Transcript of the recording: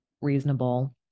reasonable